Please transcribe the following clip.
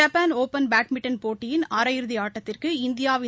Japan open badminton போட்டியின் அரை இறுதி ஆட்டதிற்கு இந்தியாவின்